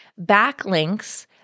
Backlinks